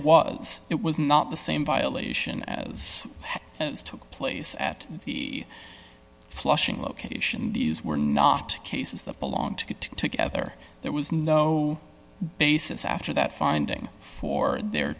was it was not the same violation as took place at the flushing location these were not cases that belonged to get together there was no basis after that finding for there